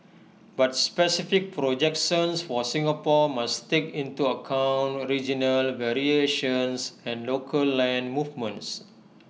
but specific projections for Singapore must take into account regional variations and local land movements